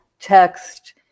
text